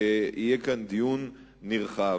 שיהיה כאן דיון נרחב.